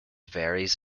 varies